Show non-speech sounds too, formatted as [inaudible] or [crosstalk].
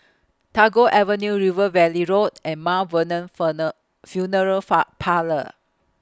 Tagore Avenue River Valley Road and Mount Vernon [unintelligible] Funeral [unintelligible] Parlours